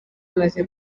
amaze